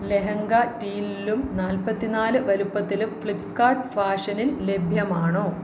ലഹങ്ക ടീലിലും നാല്പ്പത്തി നാല് വലുപ്പത്തിലും ഫ്ലിപ്പ്കാർട്ട് ഫാഷനിൽ ലഭ്യമാണോ